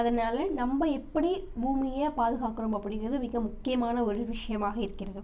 அதனால் நம்ம எப்படி பூமியை பாதுகாக்கிறோம் அப்படிங்கிறது மிக முக்கியமான ஒரு விஷயமாக இருக்கிறது